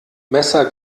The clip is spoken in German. messer